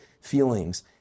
feelings